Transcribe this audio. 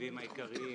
המרכיבים העיקריים